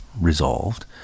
resolved